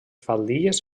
faldilles